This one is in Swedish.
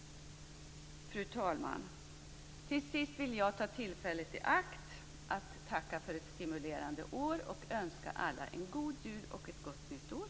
Fru talman! Till sist vill jag ta tillfället i akt att tacka för ett stimulerande år och önska alla en god jul och ett gott nytt år.